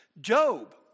Job